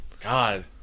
God